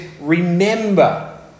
Remember